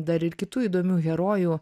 dar ir kitų įdomių herojų